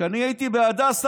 כשאני הייתי בהדסה,